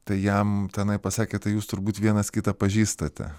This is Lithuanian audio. tai jam tenai pasakė tai jūs turbūt vienas kitą pažįstate